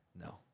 No